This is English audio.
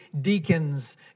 deacons